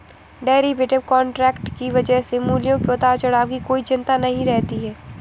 derivative contract की वजह से मूल्यों के उतार चढ़ाव की कोई चिंता नहीं रहती है